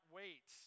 wait